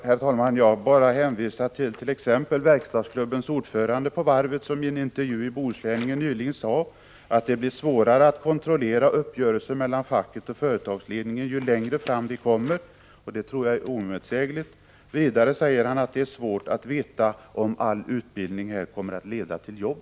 Herr talman! Jag vill bara hänvisa till vad t.ex. verkstadsklubbens ordförande på varvet i en intervju i Bohusläningen nyligen har sagt, att det blir svårare att kontrollera uppgörelser mellan facket och företagsledningen ju längre fram man kommer. Det tror jag är oemotsägligt. Vidare säger han att det är svårt att veta om all utbildning här kommer att leda till jobb.